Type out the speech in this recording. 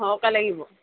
সৰহকৈ লাগিব